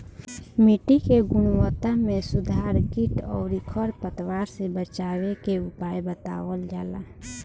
मिट्टी के गुणवत्ता में सुधार कीट अउरी खर पतवार से बचावे के उपाय बतावल जाला